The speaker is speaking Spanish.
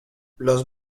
los